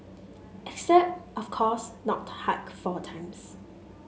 except of course not hike four times